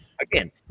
Again